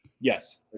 Yes